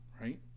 Right